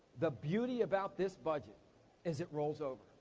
the beauty about this budget is it rolls over.